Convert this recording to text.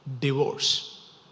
divorce